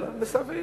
אלא מסביב: